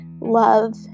love